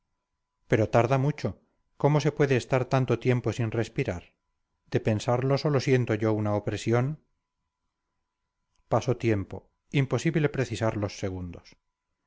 pero tarda mucho cómo se puede estar tanto tiempo sin respirar de pensarlo sólo siento yo una opresión pasó tiempo imposible precisar los segundos